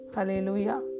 Hallelujah